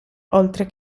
oltre